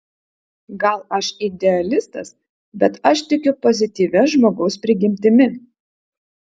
gal aš idealistas bet aš tikiu pozityvia žmogaus prigimtimi